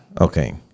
Okay